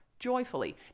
joyfully